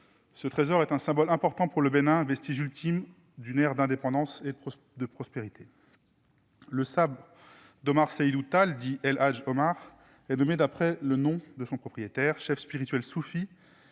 ce trésor est un symbole important pour le Bénin, un vestige ultime d'une aire d'indépendance et de prospérité. Le sabre d'Omar Seydou Tall, dit El Hadj Omar, est nommé d'après le nom de son propriétaire. Chef spirituel soufi,